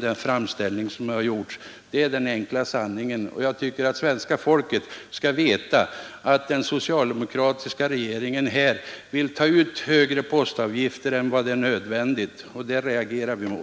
den framställning som har gjorts. Det är den enkla sanningen. Jag tycker att svenska folket skall veta att den socialdemokratiska regeringen här vill ta ut högre postavgifter än nödvändigt. Det är ett förfarande som vi reagerar mot.